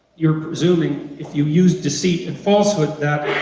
you're presuming if you use deceit and falsehood that